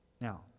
Now